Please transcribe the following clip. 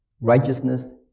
Righteousness